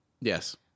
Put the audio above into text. Yes